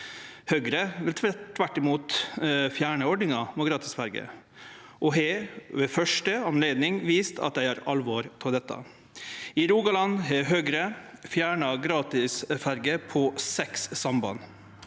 Høgre vil tvert imot fjerne ordninga med gratis ferje og har ved første anledning vist at dei gjer alvor av dette. I Rogaland har Høgre fjerna gratis ferje på seks samband.